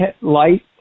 light